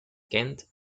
kent